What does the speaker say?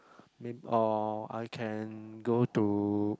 or I can go to